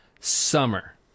Summer